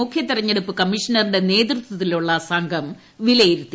മുഖ്യതെരഞ്ഞെടുപ്പ് കമ്മീഷണറുടെ നേതൃത്വത്തിലുള്ള സംഘം വിലയിരുത്തി